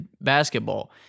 basketball